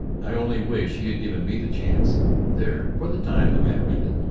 i only wish he had given me the chance there, for the time, the matter ended.